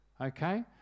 Okay